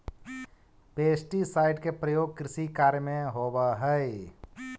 pesticide के प्रयोग कृषि कार्य में होवऽ हई